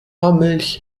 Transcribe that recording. milch